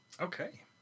Okay